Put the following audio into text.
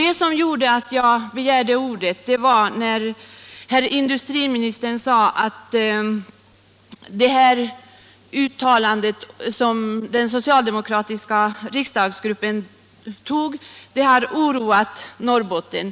Det som fick mig att begära ordet var industriministerns påstående att det uttalande som den socialdemokratiska riksdagsgruppen antog har oroat Norrbotten.